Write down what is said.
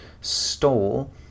stole